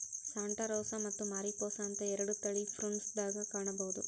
Santa Rosa ಮತ್ತ Mariposa ಅಂತ ಎರಡು ತಳಿ ಪ್ರುನ್ಸ್ ದಾಗ ಕಾಣಬಹುದ